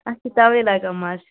اتھ چھُ توے لگان مزٕ